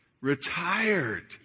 Retired